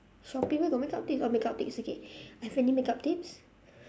shopping where got makeup tips oh makeup tips okay have any makeup tips